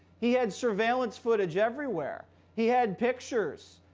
he had surveillance footage everywhere. he had pictures.